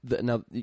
now